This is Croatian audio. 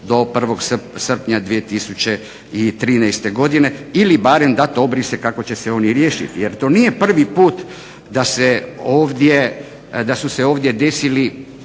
do 1. srpnja 2013. godine. Ili barem dat obrise kako će se oni riješiti jer to nije prvi put da su se ovdje desili